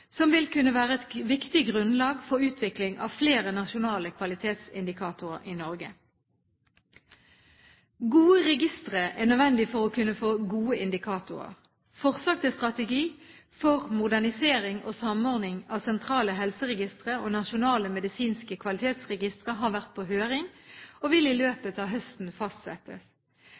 som vil kunne være et viktig grunnlag for utvikling av flere nasjonale kvalitetsindikatorer i Norge. Gode registre er nødvendig for å kunne få gode indikatorer. Forslag til strategi for modernisering og samordning av sentrale helseregistre og nasjonale medisinske kvalitetsregistre har vært på høring og vil i løpet av høsten fastsettes.